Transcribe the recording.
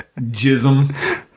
jism